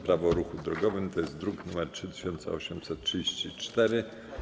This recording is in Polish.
Prawo o ruchu drogowym, druk nr 3834.